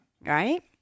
Right